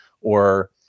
or-